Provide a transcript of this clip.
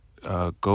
go